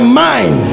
mind